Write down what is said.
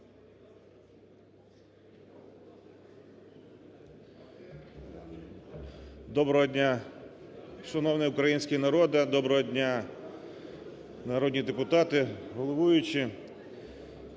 Доброго дня, шановний український народе! Доброго дня народні депутати, головуючий!